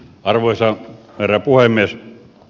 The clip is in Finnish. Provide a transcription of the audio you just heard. arvoisa herra puhemies